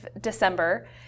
December